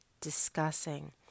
discussing